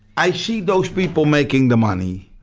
i see those people making the money.